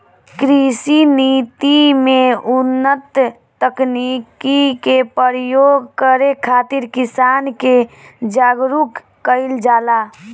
कृषि नीति में उन्नत तकनीकी के प्रयोग करे खातिर किसान के जागरूक कईल जाला